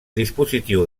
dispositiu